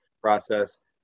process